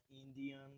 Indian